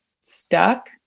stuck